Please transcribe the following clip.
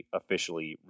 officially